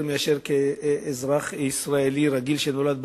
יותר מאשר כאזרח ישראלי רגיל שנולד בארץ,